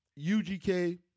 UGK